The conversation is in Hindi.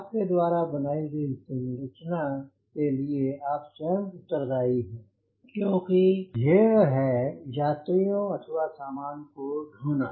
आपके द्वारा बनाई गई संरचना के लिए आप स्वयं उत्तरदाई हैं क्योंकि अंतिम ढेर है यात्रियों अथवा सामान को धोना